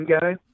guy